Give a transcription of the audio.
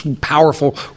powerful